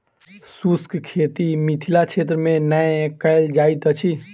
शुष्क खेती मिथिला क्षेत्र मे नै कयल जाइत अछि